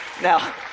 Now